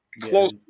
close